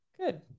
good